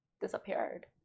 disappeared